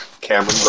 Cameron